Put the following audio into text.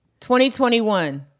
2021